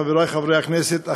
חברי חברי הכנסת,